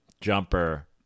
jumper